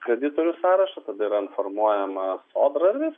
kreditorių sąrašą tada yra informuojama sodra ir viskas